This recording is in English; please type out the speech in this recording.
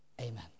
Amen